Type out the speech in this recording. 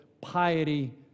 piety